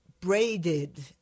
braided